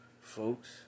folks